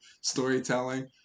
storytelling